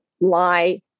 lie